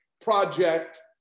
project